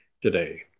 today